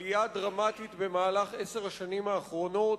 עלייה דרמטית במהלך עשר השנים האחרונות,